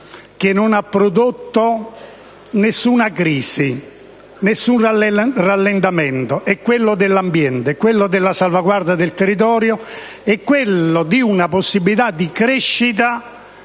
che non ha subito nessuna crisi, nessun rallentamento ed è quello dell'ambiente, quello della salvaguardia del territorio, che è anzi una possibilità di crescita